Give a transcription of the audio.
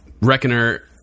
Reckoner